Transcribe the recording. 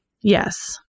Yes